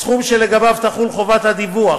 הסכום שלגביו תחול חובת הדיווח